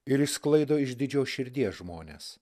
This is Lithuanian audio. ir išsklaido išdidžios širdies žmones